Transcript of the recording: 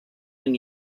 and